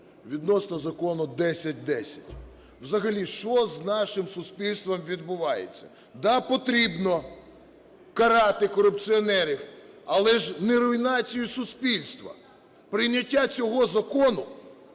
відносно Закону 1010. Взагалі що з нашим суспільством відбувається? Да, потрібно карати корупціонерів, але ж не руйнацією суспільства. Прийняття цього закону